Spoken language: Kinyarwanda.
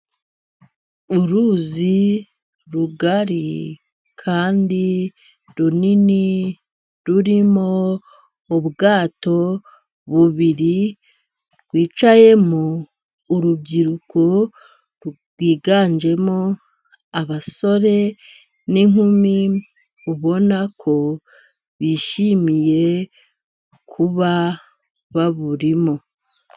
Uruzi rugari kandi runini, rurimo ubwato bubiri bwicayemo urubyiruko. Rwiganjemo abasore n'inkumi, ubona ko bishimiye kuba baburimo.